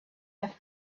have